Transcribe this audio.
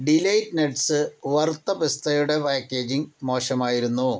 delight Nuts വറുത്ത പിസ്തയുടെ packaging മോശമായിരുന്നു